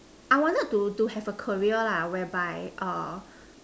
I wanted to to have a career lah where by